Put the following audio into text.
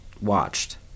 watched